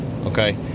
okay